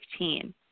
2015